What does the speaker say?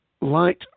light